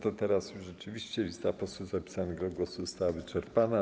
To teraz już rzeczywiście lista posłów zapisanych do głosu została wyczerpana.